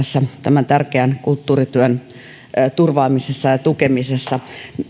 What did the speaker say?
tämän tärkeän kulttuurityön turvaamisessa ja tukemisessa